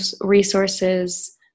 resources